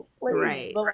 Right